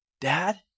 Dad